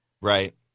Right